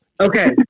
Okay